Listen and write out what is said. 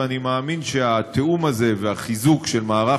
ואני מאמין שהתיאום הזה והחיזוק של מערך